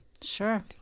sure